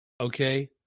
Okay